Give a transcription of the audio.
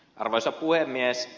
arvoisa puhemies